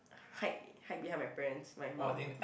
hide hide behind my parents my mum